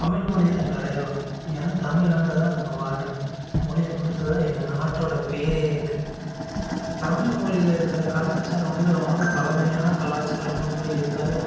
தமிழ்மொழிதான் எங்கள் அடையாளம் ஏன்னா தமிழ்நாட்டில் தான் நாங்கள் வாழ்கிறோம் மொழியை பொறுத்துதான் எங்கள் நாட்டோடைய பேரே இருக்குது தமிழ் மொழியில் இருக்கிற கலாச்சாரம் வந்து ரொம்ப பழமையான கலாச்சாரமாக இருந்தாலும்